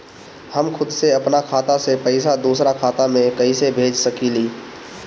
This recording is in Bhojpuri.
हम खुद से अपना खाता से पइसा दूसरा खाता में कइसे भेज सकी ले?